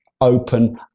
open